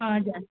हजुर